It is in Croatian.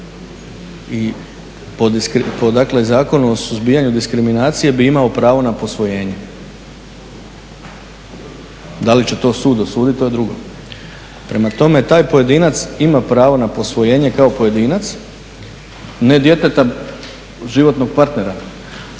I po Zakonu o suzbijanju diskriminacije bi imao pravo na posvojenje. Da li će to sud dosuditi to je drugo. Prema tome, taj pojedinac ima pravo na posvojenje kao pojedinac, ne djeteta životnog partnera,